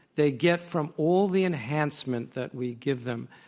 they get from all the enhancement that we give them,